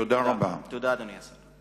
תודה, אדוני השר.